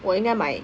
我应该买